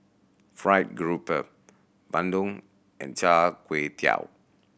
fried grouper bandung and Char Kway Teow